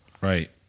Right